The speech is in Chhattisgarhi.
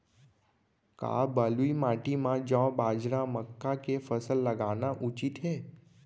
का बलुई माटी म जौ, बाजरा, मक्का के फसल लगाना उचित हे?